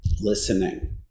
Listening